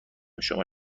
شما